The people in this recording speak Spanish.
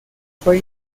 fue